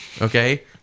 Okay